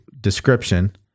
Description